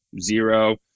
zero